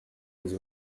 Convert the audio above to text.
les